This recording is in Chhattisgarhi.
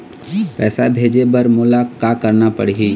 पैसा भेजे बर मोला का करना पड़ही?